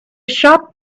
shop